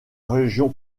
religion